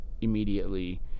immediately